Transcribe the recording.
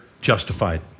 justified